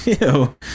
Ew